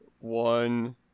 One